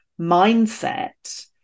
mindset